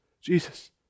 Jesus